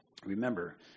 Remember